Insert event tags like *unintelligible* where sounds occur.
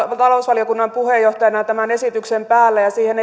talousvaliokunnan puheenjohtajana tämän esityksen päälle ja siihen *unintelligible*